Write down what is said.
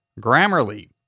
Grammarly